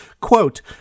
Quote